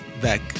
back